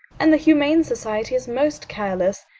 and the humane society is most careless.